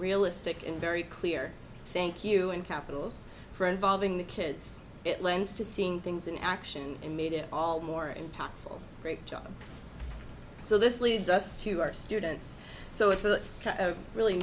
realistic and very clear thank you in capitals for involving the kids it lends to seeing things in action and made it all more impactful great job so this leads us to our students so it's a really